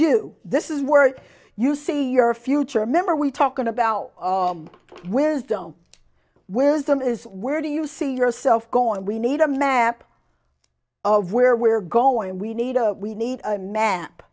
you this is where you see you're a future member we talking about wisdom wisdom is where do you see yourself going we need a map of where we're going we need a we need a